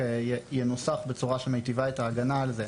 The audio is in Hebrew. ינוסח בצורה שמיטיבה את ההגנה עליהם: